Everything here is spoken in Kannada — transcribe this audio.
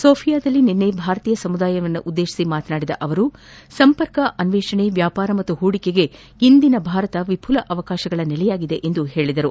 ಸೋಫಿಯಾದಲ್ಲಿ ನಿನ್ನೆ ಭಾರತೀಯ ಸಮುದಾಯವನ್ನುದ್ದೇಶಿ ಮಾತನಾಡಿದ ಅವರು ಸಂಪರ್ಕ ಅನ್ನೇಷಣೆ ವ್ಲಾಪಾರ ಮತ್ತು ಹೂಡಿಕೆಗೆ ಇಂದಿನ ಭಾರತ ವಿಪುಲ ಅವಕಾಶಗಳ ನೆಲೆಯಾಗಿದೆ ಎಂದು ಹೇಳಿದರು